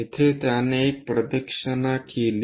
येथे त्याने एक प्रदक्षिणा केली